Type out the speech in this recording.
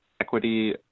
equity